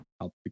Help